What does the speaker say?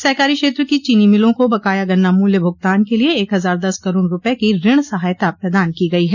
सहकारी क्षेत्र की चीनी मिलों को बकाया गन्ना मूल्य भुगतान के लिए एक हजार दस करोड़ रूपये की ऋण सहायता प्रदान की गई है